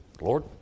Lord